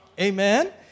Amen